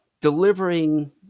delivering